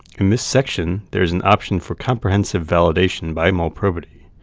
in this section, there is an option for comprehensive validation by molprobity.